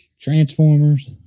Transformers